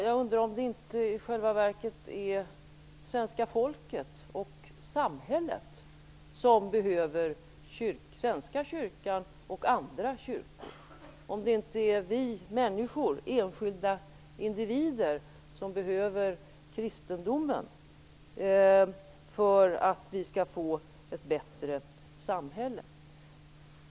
Jag undrar om det inte i själva verket är svenska folket och samhället som behöver Svenska kyrkan och andra kyrkor, om det inte är vi människor, enskilda individer, som behöver kristendomen för att vi skall få ett bättre samhälle.